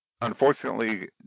unfortunately